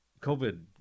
COVID